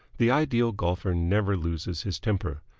the ideal golfer never loses his temper.